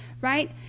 right